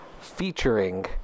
featuring